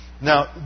Now